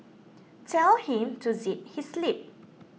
tell him to zip his lip